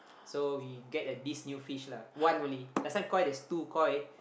so we get a this new fish lah one only last time koi there's two koi